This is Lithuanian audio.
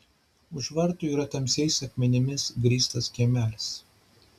už vartų yra tamsiais akmenimis grįstas kiemelis